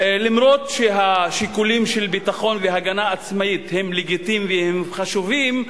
אף-על-פי שהשיקולים של ביטחון והגנה עצמית הם לגיטימיים והם חשובים,